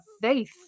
faith